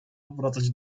wracać